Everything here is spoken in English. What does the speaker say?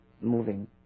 moving